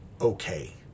okay